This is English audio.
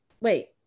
wait